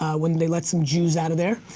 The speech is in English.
when they let some jews out of there.